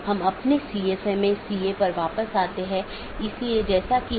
इसलिए यह महत्वपूर्ण है और मुश्किल है क्योंकि प्रत्येक AS के पास पथ मूल्यांकन के अपने स्वयं के मानदंड हैं